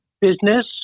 business